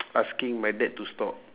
asking my dad to stop